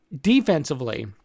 defensively